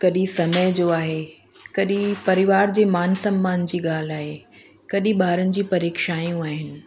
कॾहिं समय जो आहे कॾहिं परिवार जे मान सम्मान जी ॻाल्हि आहे कॾहिं ॿारनि जी परीक्षायूं आहिनि